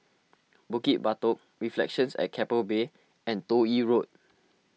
Bukit Batok Reflections at Keppel Bay and Toh Yi Road